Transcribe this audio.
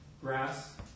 grass